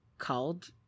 called